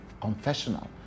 confessional